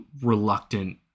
reluctant